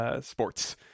sports